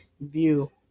view